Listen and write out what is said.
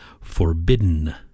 forbidden